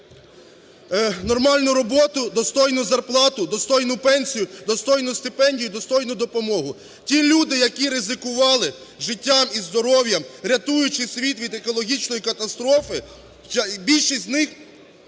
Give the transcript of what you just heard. нормальну роботу, достойну зарплату, достойну пенсію, достойну стипендію, достойну допомогу. Ті люди, які ризикували життям і здоров'ям, рятуючи світ від екологічної катастрофи, більшість з них